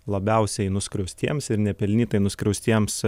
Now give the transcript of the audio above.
labiausiai nuskriaustiems ir nepelnytai nuskriaustiems